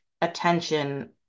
attention